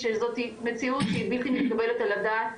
שזאת מציאות שהיא בלתי מתקבלת על הדעת,